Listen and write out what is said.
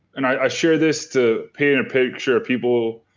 and i share this to paint a picture of people.